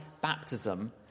baptism